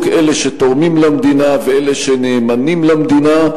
אלה שתורמים למדינה ואלה שנאמנים למדינה,